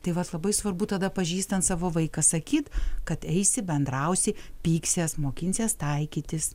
tai vat labai svarbu tada pažįstant savo vaiką sakyt kad eisi bendrausi pyksies mokinsies taikytis